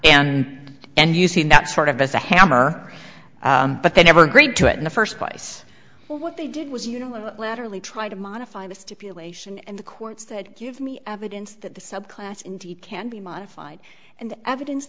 and and using that sort of as a hammer but they never agreed to it in the first place what they did was you know laterally try to modify the stipulation and the courts said give me evidence that the subclass indeed can be modified and evidence